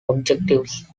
objectives